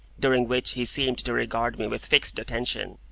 during which he seemed to regard me with fixed attention,